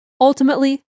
Ultimately